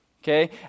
okay